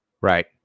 Right